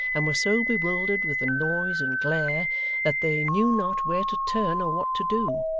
and were so bewildered with the noise and glare that they knew not where to turn or what to do,